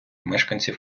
мешканців